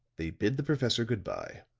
they bid the professor good-by,